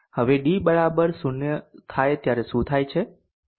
હવે d 0 થાય ત્યારે શું થાય છે